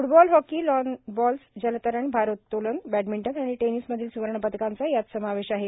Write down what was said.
football hockey lawn bowls जलतरण भारोतोलन badminton आणि टेनिस मधील स्वर्णपदाकांचा यात समावेश आहे